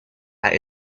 hij